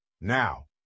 Now